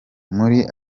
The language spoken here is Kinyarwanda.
muri